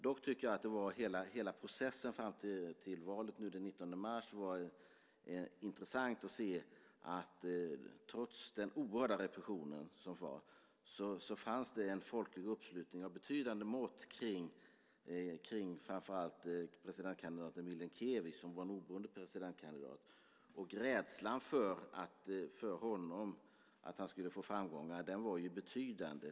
Dock tycker jag beträffande hela processen fram till valet den 19 mars att det var intressant att se att det trots den oerhörda repressionen fanns en folklig uppslutning av betydande mått kring framför allt den oberoende presidentkanditaten Milinkevitj. Rädslan för att han skulle få framgångar var betydande.